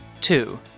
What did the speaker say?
Two